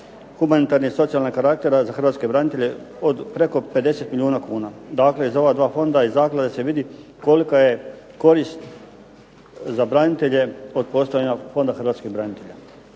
humanitarnog i socijalnog karaktera za hrvatske branitelje od preko 50 milijuna kuna. Dakle, iz ova dva fonda iz zaklade se vidi kolika je korist za branitelje od postojanja Fonda hrvatskih branitelja.